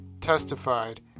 testified